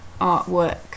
artwork